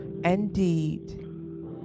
Indeed